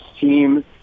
team